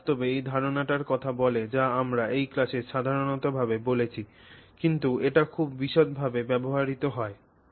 তারা বাস্তবে এই ধারণাটির কথা বলে যা আমরা এই ক্লাসে সাধারণ ভাবে বলেছি কিন্তু এটি খুব বিশদ ভাবে ব্যবহৃত হয়